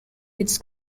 its